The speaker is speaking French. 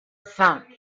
cinq